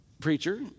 Preacher